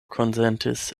konsentis